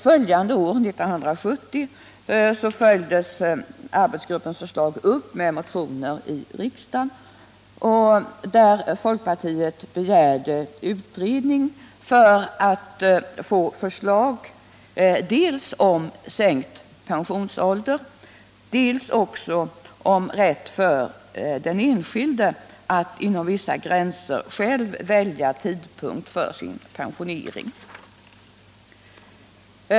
Följande år följdes arbetsgruppens förslag upp med motioner i riksdagen, vari folkpartiet begärde en utredning för att få förslag dels om sänkt pensionsålder, dels också om rätt för den enskilde att inom vissa gränser själv välja tidpunkt för sin pensionering.